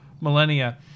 Millennia